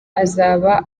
azaba